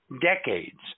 decades